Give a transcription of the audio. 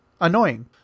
annoying